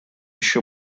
еще